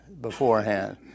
beforehand